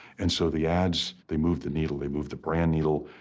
and so the ads, they moved the needle, they moved the brand needle,